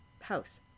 house